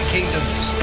Kingdoms